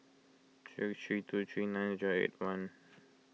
six three two three nine zero eight one